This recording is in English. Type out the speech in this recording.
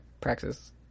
praxis